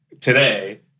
today